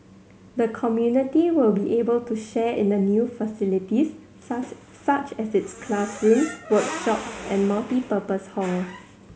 the community will be able to share in the new facilities such such as its classrooms workshops and multipurpose hall